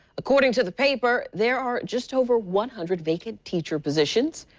according to the paper, there are just over one hundred vacant teacher positions.